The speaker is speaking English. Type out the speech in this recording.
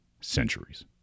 centuries